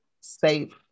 safe